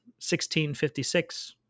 1656